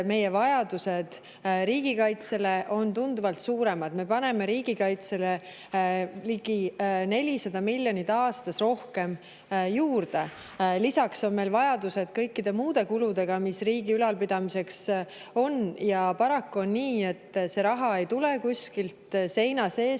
meie vajadused riigikaitsele on tunduvalt suuremad. Me paneme riigikaitsele ligi 400 miljonit aastas rohkem. Lisaks on meil vajadused kõikide muude kulude jaoks, mida on vaja riigi ülalpidamiseks, ja paraku on nii, et see raha ei tule kuskilt seina seest